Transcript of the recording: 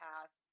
past